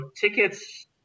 tickets